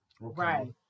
Right